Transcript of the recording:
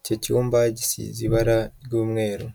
icyo cyumba gisize ibara ry'umweru.